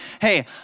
hey